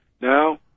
Now